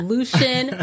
Lucian